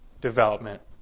development